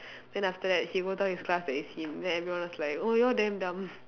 then after that he go tell his class that it's him then everyone was like oh you all damn dumb